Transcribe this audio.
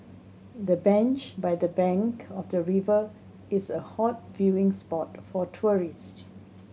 the bench by the bank of the river is a hot viewing spot for tourists